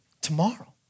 Tomorrow